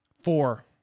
Four